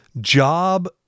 job